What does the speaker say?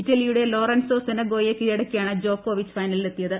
ഇറ്റലിയുടെ ലോറൻസോ സെനഗോയെ കീഴടക്കിയാണ് ജോക്കോവിച്ച് ഫൈനലിൽ എത്തിയത്